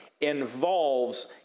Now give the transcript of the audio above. involves